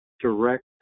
direct